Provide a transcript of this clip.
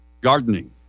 gardening